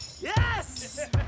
Yes